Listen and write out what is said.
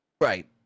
Right